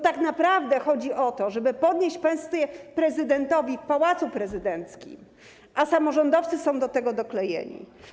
Tak naprawdę chodzi o to, żeby podnieść pensję prezydentowi w Pałacu Prezydenckim, a samorządowcy są do tego doklejeni.